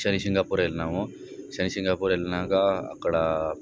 శనిసింగాపూర్ వెళ్ళాము శనిసింగాపూర్ వెళ్ళినాక అక్కడ